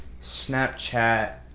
Snapchat